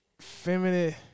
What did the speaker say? feminine